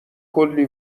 کلی